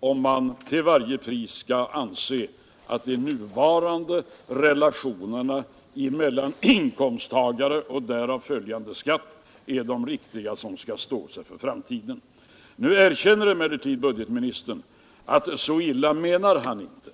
om man till varje pris vill betrakta de nuvarande relationerna mellan inkomster och skatter som de riktiga, de som skall stå sig för framtiden. Nu erkänner emellertid budgetministern att så illa menar han inte.